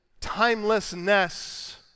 timelessness